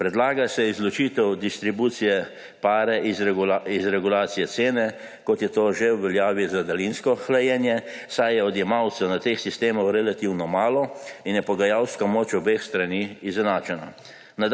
Predlaga se izločitev distribucije pare iz regulacije cene, kot je to že v veljavi za daljinsko hlajenje, saj je odjemalcev na teh sistemov relativno malo in je pogajalska moč obeh strani izenačena.